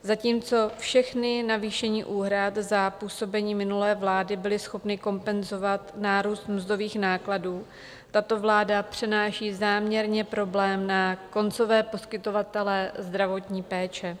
Zatímco všechna navýšení úhrad za působení minulé vlády byla schopna kompenzovat nárůst mzdových nákladů, tato vláda přenáší záměrně problém na koncové poskytovatele zdravotní péče.